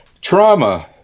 Trauma